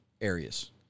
areas